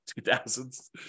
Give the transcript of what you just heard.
2000s